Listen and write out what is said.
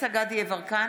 דסטה גדי יברקן,